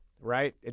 Right